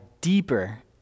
deeper